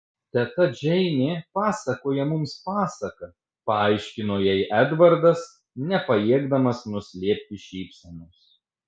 teta džeinė pasakoja mums pasaką paaiškino jai edvardas nepajėgdamas nuslėpti šypsenos